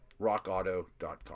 rockauto.com